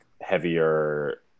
heavier